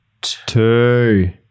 Two